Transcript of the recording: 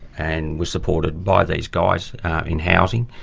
and was supported by these guys in housing,